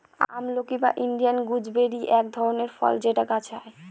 আমলকি বা Indian gooseberry এক ধরনের ফল যেটা গাছে হয়